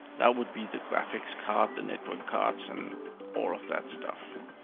that would be the graphics card, the network cards, and all of that stuff.